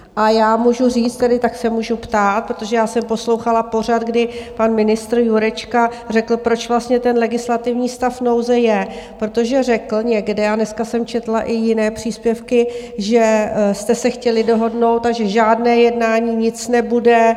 A já můžu říct tedy, tak se můžu ptát, protože já jsem poslouchala pořad, kdy pan ministr Jurečka řekl, proč vlastně ten legislativní stav nouze je, protože řekl někde, a dneska jsem četla i jiné příspěvky, že jste se chtěli dohodnout a že žádné jednání, nic nebude.